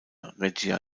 regia